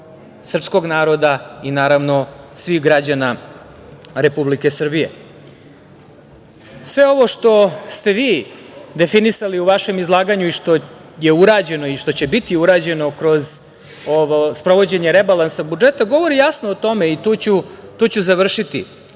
srpskog naroda i naravnog svih građana Republike Srbije. Sve ovo što ste vi definisali u vašem izlaganju i što je urađeno i što će biti urađeno kroz ovo sprovođenje rebalansa budžeta govori jasno o tome, i tu ću završiti,